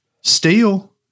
Steel